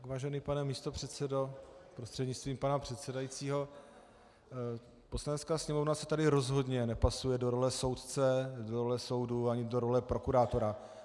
Vážený pane místopředsedo prostřednictvím pana předsedajícího, Poslanecká sněmovna se tady rozhodně nepasuje do role soudce, do role soudu ani do role prokurátora.